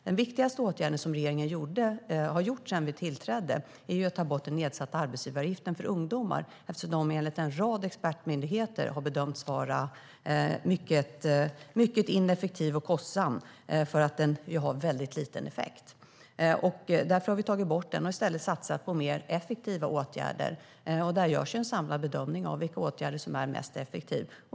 Den viktigaste åtgärden som regeringen har vidtagit sedan vi tillträdde är att ta bort den sänkta arbetsgivaravgiften för ungdomar, eftersom den enligt en rad expertmyndigheter har bedömts vara mycket ineffektiv och kostsam för att den har en mycket liten effekt. Därför har vi tagit bort den och i stället satsat på mer effektiva åtgärder. Det görs en samlad bedömning av vilka åtgärder som är mest effektiva.